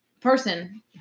person